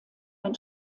ein